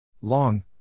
Long